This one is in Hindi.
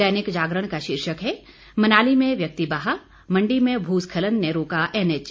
दैनिक जागरण का शीर्षक है मनाली में व्यक्ति बहा मंडी में भूस्खलन ने रोका एनएच